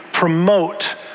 promote